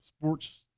sports